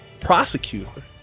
prosecutor